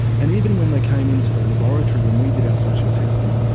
and even when they came into the laboratory when we did our social testing,